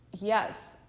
Yes